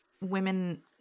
women